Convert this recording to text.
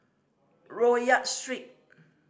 Rodyk Street